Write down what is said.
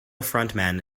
frontman